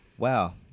Wow